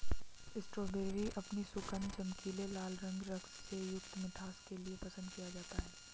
strawberry अपने सुगंध, चमकीले लाल रंग, रस से युक्त मिठास के लिए पसंद किया जाता है